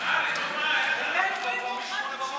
נהרי, אני מבקש לסיים.